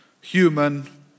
human